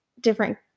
different